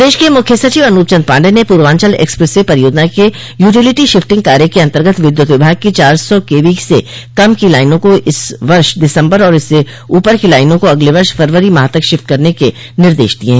प्रदेश के मुख्य सचिव अनूप चन्द्र पाण्डेय ने पूर्वांचल एक्सप्रेस वे परियोजना के यूटीलिटी शिफ्टिंग कार्य के अन्तर्गत विद्यूत विभाग की चार सौ केवी से कम को लाइनों को इस वर्ष दिसम्बर और इससे ऊपर की लाइनों को अगले वर्ष फरवरी माह तक शिफ्ट करने के निर्देश दिये हैं